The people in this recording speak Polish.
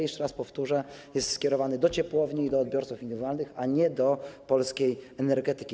Jeszcze raz powtórzę: jest to skierowane do ciepłowni i do odbiorców indywidualnych, a nie do polskiej energetyki.